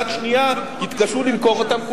אנשים בעלי דירות יד שנייה יתקשו למכור אותן.